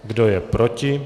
Kdo je proti?